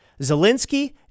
Zelensky